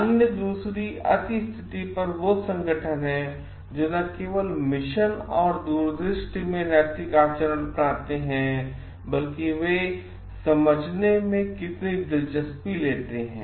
अन्य दूसरी अति स्थिति पर वो संगठन हैं जो जो न केवल मिशन और दूरदृश्टि में नैतिक आचरण अपनाते हैं बल्कि वे समझने में कितनी दिलचस्पी लेते हैं